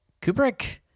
Kubrick